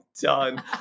done